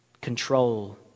control